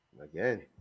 again